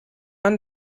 man